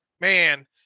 man